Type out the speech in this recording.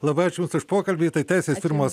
labai ačiū jums už pokalbį tai teisės firmos